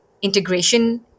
integration